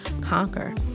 conquer